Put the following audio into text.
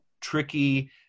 tricky